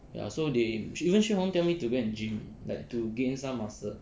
ya so they even shu hong tell me to go and gym gain some muscle